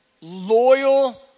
loyal